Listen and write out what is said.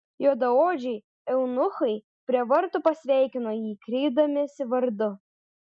juodaodžiai eunuchai prie vartų pasveikino jį kreipdamiesi vardu